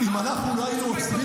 מה אתה רוצה,